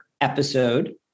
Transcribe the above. episode